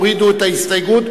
הורידו את ההסתייגות,